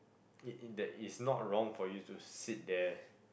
it in that is not wrong for you to sit there